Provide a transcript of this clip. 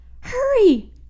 hurry